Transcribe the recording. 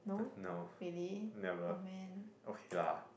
no really oh man